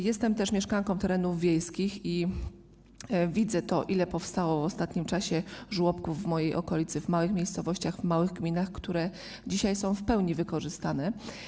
Jestem też mieszkanką terenów wiejskich i widzę, ile powstało w ostatnim czasie żłobków w mojej okolicy, w małych miejscowościach, w małych gminach, które dzisiaj są w pełni wykorzystane.